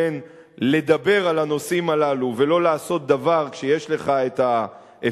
בין לדבר על הנושאים הללו ולא לעשות דבר כשיש לך אפשרות,